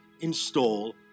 install